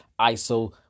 ISO